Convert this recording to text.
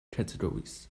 categories